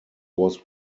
was